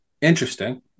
Interesting